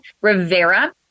Rivera